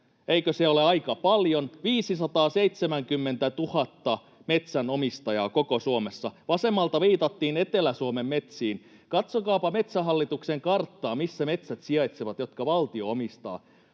Koko Suomessa on 570 000 metsänomistajaa. Vasemmalta viitattiin Etelä-Suomen metsiin. Katsokaapa Metsähallituksen karttaa, missä sijaitsevat metsät, jotka valtio omistaa.